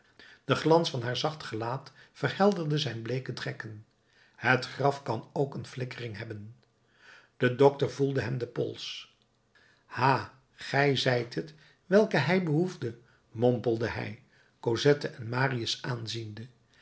de glans van haar zacht gelaat verhelderde zijn bleeke trekken het graf kan ook zijn flikkering hebben de dokter voelde hem den pols ha gij zijt het welke hij behoefde mompelde hij cosette en marius